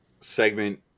segment